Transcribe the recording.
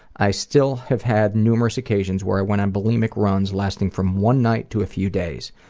i still have had numerous occasions where i went on bulimic runs lasting from one night to a few days.